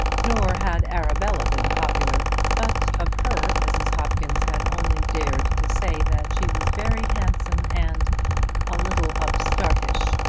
nor had arabella been popular but of her mrs. hopkins had only dared to say that she was very handsome and a little upstartish.